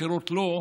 ואחרות לא,